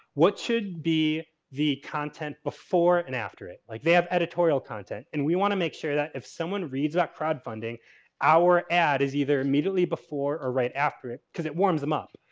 what should be the content before and after it? like, they have editorial content and we want to make sure that if someone reads about crowdfunding our ad is either immediately before or right after it because it warms them up.